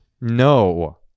no